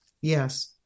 Yes